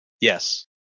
Yes